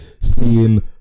seeing